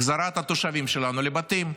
החזרת התושבים שלנו לבתים?